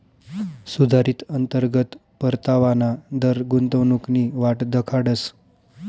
सुधारित अंतर्गत परतावाना दर गुंतवणूकनी वाट दखाडस